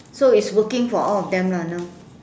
so it's working for all of them lah now